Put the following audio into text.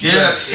Yes